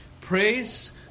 Praise